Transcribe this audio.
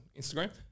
Instagram